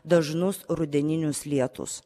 dažnus rudeninius lietus